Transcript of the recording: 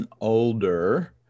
older